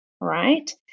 Right